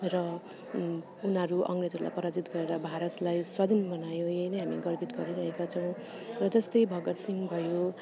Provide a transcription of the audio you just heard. र उनीहरू अङ्ग्रेजलाई पराजित गरेर भारतलाई स्वाधीन बनायो यही नै हामी गर्वित गरिरहेका छौँ र जस्तै भगत सिंह भयो